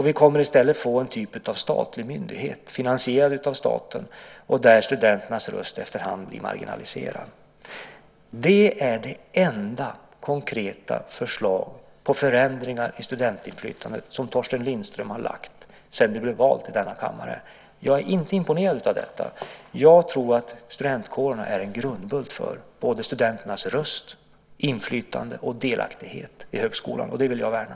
Vi kommer i stället att få en typ av statlig myndighet, finansierad av staten och där studenternas röst efter hand blir marginaliserad. Det är det enda konkreta förslag på förändringar i studentinflytandet som Torsten Lindström har lagt fram sedan han blev vald till denna kammare. Jag är inte imponerad av detta. Jag tror att studentkårerna är en grundbult för både studenternas röst, inflytande och delaktighet i högskolan, och det vill jag värna.